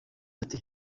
ati